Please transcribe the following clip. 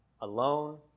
alone